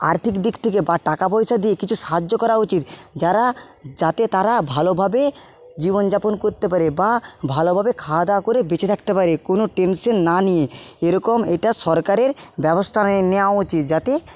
আর্থিক দিক থেকে বা টাকা পয়সা দিয়ে কিছু সাহায্য করা উচিত যারা যাতে তারা ভালোভাবে জীবনযাপন করতে পারে বা ভালোভাবে খাওয়া দাওয়া করে বেঁচে থাকতে পারে কোনো টেনশন না নিয়ে এরকম এটা সরকারের ব্যবস্থা নেওয়া উচিত যাতে